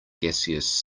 gaseous